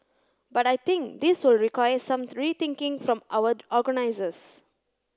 but I think this will require some rethinking from our organisers